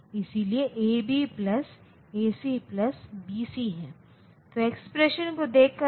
इसलिए अगर मुझे प्लस 7 का प्रतिनिधित्व करना हैं तो प्लस 7 को 0111 के रूप में दर्शाया जाता है